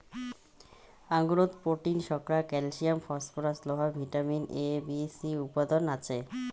আঙুরত protein, শর্করা, calcium, phosphorus, লোহা, vitamin A, B, C উপাদান আছে